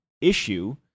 issue